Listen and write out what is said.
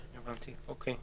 הבנתי, אוקיי.